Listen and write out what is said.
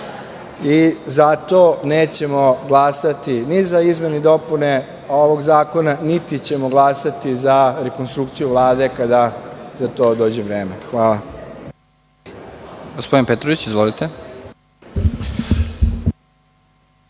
i zato nećemo glasati ni za izmene i dopune ovog zakona, niti ćemo glasati za rekonstrukciju Vlade kada za to dođe vreme. Hvala.